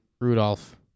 Rudolph